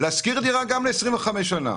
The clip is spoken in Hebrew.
להשכיר דירה גם ל-25 שנה.